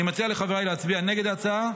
אני מציע לחבריי להצביע נגד ההצעה,